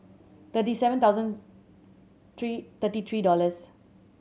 thirty seven thousand three thirty three dollars